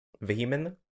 vehement